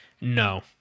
No